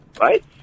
right